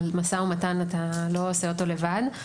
אבל מו"מ אתה לא עושה אותו לבד,